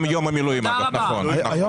נכון.